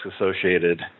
associated